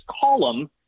column